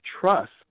trust